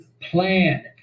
plan